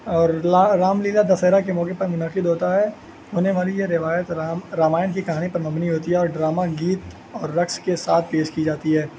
اور لا رام لیلا دشہرہ کے موقع پر منعقد ہوتا ہے ہونے والی یہ روایت رام رامائن کی کہانی پر ممنی ہوتی ہے اور ڈرامہ گیت اور رقص کے ساتھ پیش کی جاتی ہے